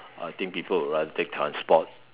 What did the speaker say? I think people would rather take transport